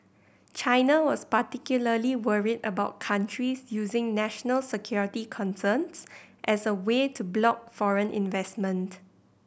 China was particularly worried about countries using national security concerns as a way to block foreign investment